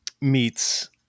meets